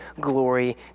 glory